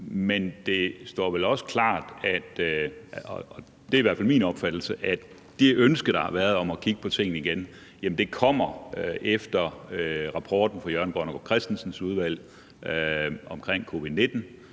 min opfattelse – at det ønske, der har været om at kigge på tingene igen, er kommet efter rapporten fra Jørgen Grønnegård Christensens ekspertgruppe vedrørende covid-19,